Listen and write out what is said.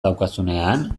daukazunean